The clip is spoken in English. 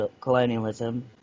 colonialism